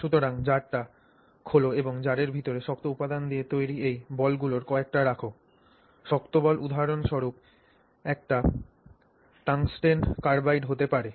সুতরাং জারটি খোল এবং জারের ভিতরে শক্ত উপাদান দিয়ে তৈরি এই বলগুলির কয়েকটি রাখ শক্ত বল উদাহরণস্বরূপ একটি টাংস্টেন কার্বাইড হতে পারে